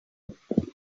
apparently